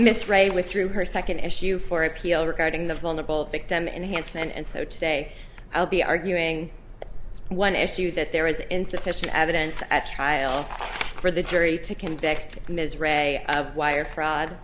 miss ray withdrew her second issue for appeal regarding the vulnerable victim and hanson and so today i'll be arguing one issue that there is insufficient evidence at trial for the jury to convict ms ray of wire fraud